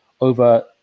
over